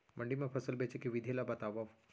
मंडी मा फसल बेचे के विधि ला बतावव?